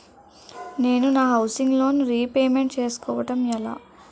నేను నా housing loan repayment చేసుకోవటం ఎలా?